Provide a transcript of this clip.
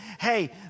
Hey